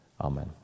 Amen